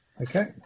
Okay